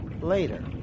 Later